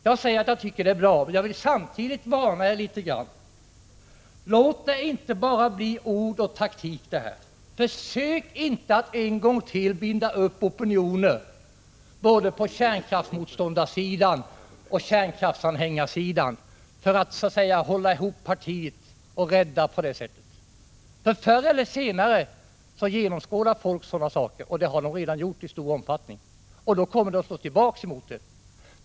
Jag säger att det är bra, men jag vill samtidigt varna er litet grand: Låt det inte bara bli ord och taktik! Försök inte att en gång till binda upp opinioner både på kärnkraftsmotståndarsidan och på kärnkraftsanhängarsidan för att hålla ihop partiet och på det sättet rädda er situation. Förr eller senare genomskådar folk sådana åtgärder — och det har man redan i stor omfattning gjort — och då kommer ert agerande att slå tillbaks emot er.